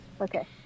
Okay